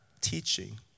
teaching